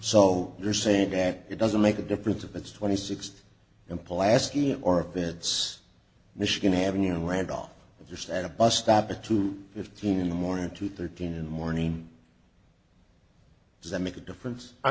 so you're saying that it doesn't make a difference if it's twenty six and pelasgian or of minutes michigan avenue randolph and a bus stop at two fifteen in the morning to thirteen and morning does that make a difference i